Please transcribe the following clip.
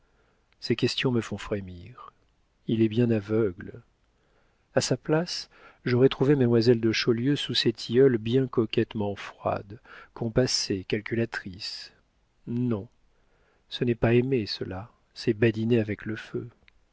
ces questions me font frémir il est bien aveugle a sa place j'aurais trouvé mademoiselle de chaulieu sous ces tilleuls bien coquettement froide compassée calculatrice non ce n'est pas aimer cela c'est badiner avec le feu